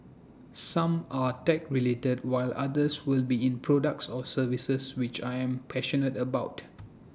some are tech related while others will be in products or services which I'm passionate about